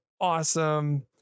awesome